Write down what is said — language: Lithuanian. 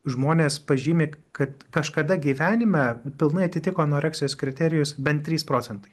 žmonės pažymi kad kažkada gyvenime pilnai atitiko anoreksijos kriterijus bent trys procentai